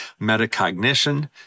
metacognition